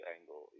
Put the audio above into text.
angle